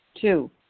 Two